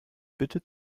bitte